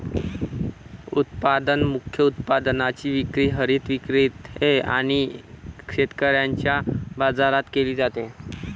उत्पादन मुख्य उत्पादनाची विक्री हरित विक्रेते आणि शेतकऱ्यांच्या बाजारात केली जाते